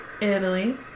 Italy